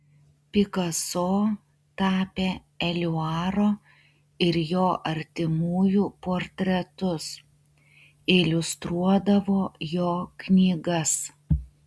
pikaso tapė eliuaro ir jo artimųjų portretus iliustruodavo jo knygas